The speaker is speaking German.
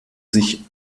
sich